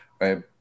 right